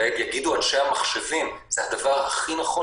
יגידו אנשי המחשבים שזה הדבר הכי נכון